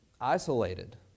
isolated